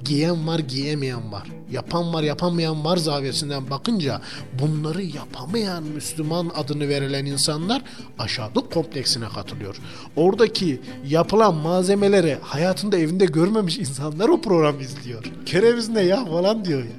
Giyen var, giyemeyen var. Yapan var, yapamayan var zaviyesinden bakınca bunları yapamayan Müslüman adını verilen insanlar aşağılık kompleksine katılıyor. Oradaki yapılan malzemeleri hayatında evinde görmemiş insanlar o programı izliyor. "Kereviz ne ya?" falan diyor ya.